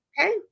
Okay